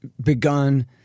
begun